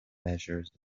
measures